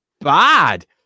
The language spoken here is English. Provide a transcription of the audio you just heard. bad